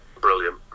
brilliant